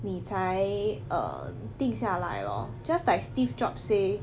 你才 err 定下来 lor just like steve jobs say